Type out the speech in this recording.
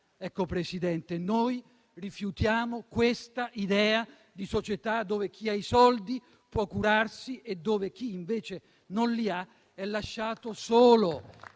fila. Presidente, noi rifiutiamo questa idea di società dove chi ha i soldi può curarsi e dove chi invece non li ha è lasciato solo